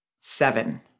Seven